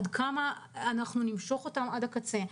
עד כמה נמשוך אותם עד הקצה?